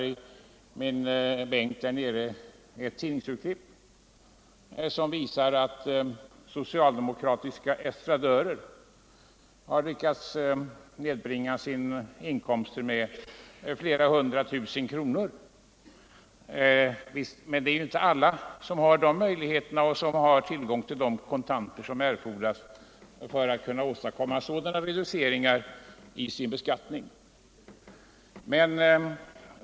i min bänk ett tidningsurklipp som visar att socialdemokratiska estradörer har lyckats nedbringa sina inkomster med flera hundra tusen kronor, men alla har inte de möjligheterna och tillgång till de kontanter som erfordras för att åstadkomma sådana reduceringar i sin beskattning.